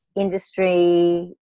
industry